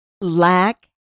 Lack